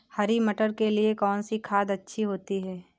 हरी मटर के लिए कौन सी खाद अच्छी होती है?